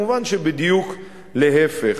מובן שבדיוק להיפך.